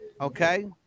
Okay